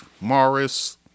Morris